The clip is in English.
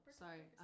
sorry